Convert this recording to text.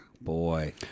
boy